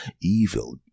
evil